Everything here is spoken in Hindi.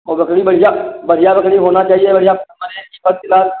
तो लकड़ी बढ़िया लकड़ी होना चाहिए बढ़िया नंबर एक की फर्स्ट क्लास